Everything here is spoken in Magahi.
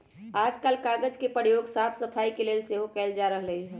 याजकाल कागज के प्रयोग साफ सफाई के लेल सेहो कएल जा रहल हइ